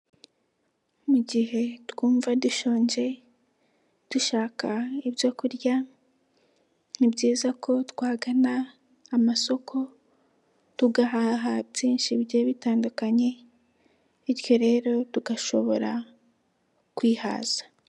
Mu gihe twumva dushonje, dushaka ibyo kurya, ni byiza ko twagana, amasoko, tugahaha byinshi bigiye bitandukanye bityo rero tugashobora, kwihaza.